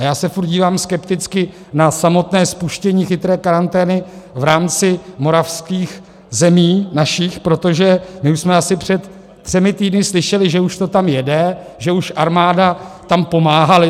A já se furt dívám skepticky na samotné spuštění chytré karantény v rámci moravských zemí, našich, protože my už jsme asi před třemi týdny slyšeli, že už to tam jede, že už armáda tam pomáhá.